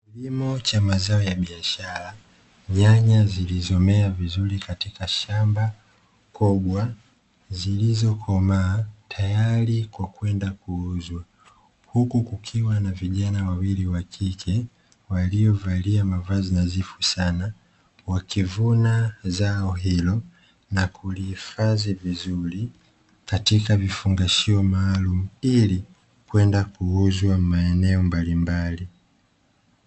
Kilimo cha mazao ya biyashara, nyanya zilizo mea vizuri katika shamba, kogwa, zilizo koma tayari kwakuenda kuuzwa. Huku kukiwa na vijana wawili wakike, walio valia mafazi nazifu sana, wakivuna zao ilo na kulihifadhi vizuri katika vifungashio maarumu ili kwenda kuuzwa maeneo mbali mbali.